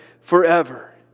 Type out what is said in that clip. forever